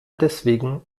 deswegen